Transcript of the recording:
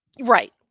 Right